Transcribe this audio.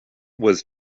was